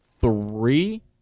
three